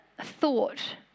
thought